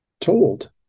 told